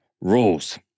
rules